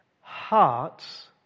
hearts